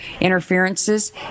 interferences